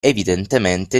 evidentemente